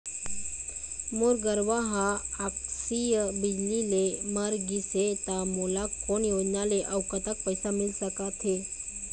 मोर गरवा हा आकसीय बिजली ले मर गिस हे था मोला कोन योजना ले अऊ कतक पैसा मिल सका थे?